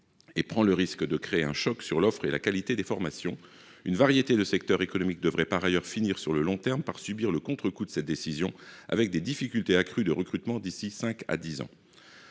et prend le risque de créer un choc sur l’offre et la qualité des formations. Nombre de secteurs économiques devraient par ailleurs finir sur le long terme par subir le contrecoup de cette décision, avec des difficultés accrues de recrutement d’ici cinq à dix ans.